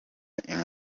bugesera